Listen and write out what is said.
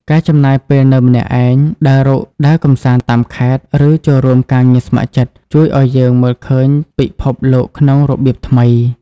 ការចំណាយពេលនៅម្នាក់ឯង ដើរកម្សាន្តតាមខេត្ត ឬចូលរួមការងារស្ម័គ្រចិត្ត ជួយឱ្យយើងមើលឃើញពិភពលោកក្នុងរបៀបថ្មី។